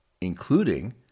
including